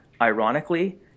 ironically